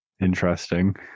Interesting